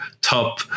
top